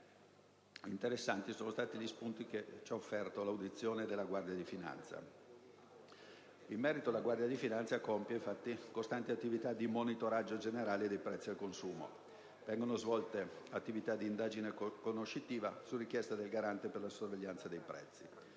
Interessanti sono stati gli spunti che ci ha offerto l'audizione della Guardia di finanza, la quale compie, lo ricordo, costanti attività di monitoraggio generale dei prezzi al consumo. Vengono svolte attività di indagine conoscitiva, su richiesta del Garante per la sorveglianza dei prezzi.